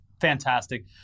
fantastic